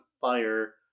fire